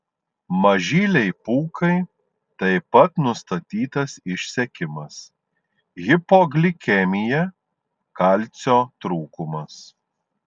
mažylei pūkai taip pat nustatytas išsekimas hipoglikemija kalcio trūkumas